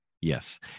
Yes